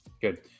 Good